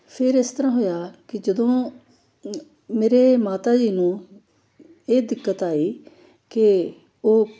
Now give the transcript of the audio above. ਫਿਰ ਇਸ ਤਰ੍ਹਾਂ ਹੋਇਆ ਕਿ ਜਦੋਂ ਮੇਰੇ ਮਾਤਾ ਜੀ ਨੂੰ ਇਹ ਦਿੱਕਤ ਆਈ ਕਿ ਉਹ